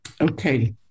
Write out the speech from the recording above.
Okay